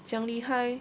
这样厉害